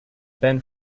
ben